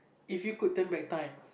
if you could turn back time